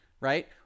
right